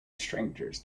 strangers